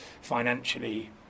financially